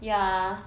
ya